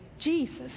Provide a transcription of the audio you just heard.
Jesus